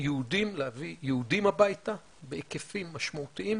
יהודים הביתה בהיקפים משמעותיים.